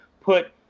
put